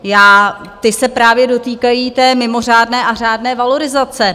Já ty se právě dotýkají té mimořádné a řádné valorizace.